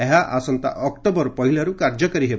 ଏହା ଆସନ୍ତା ଅକ୍ଟୋବର ପହିଲାରୁ କାର୍ଯ୍ୟକାରୀ ହେବ